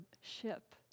ship